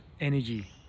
energy